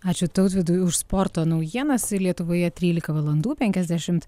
ačiū tautvydui už sporto naujienas lietuvoje trylika valandų penkiasdešimt